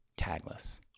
tagless